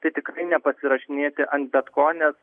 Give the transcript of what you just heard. tai tikrai nepasirašinėti ant bet ko nes